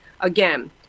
Again